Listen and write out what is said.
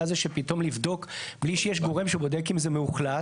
הזה של לבדוק בלי שיש גורם שבודק אם זה מאוכלס,